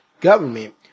government